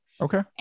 okay